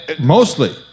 mostly